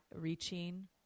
reaching